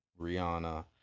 Rihanna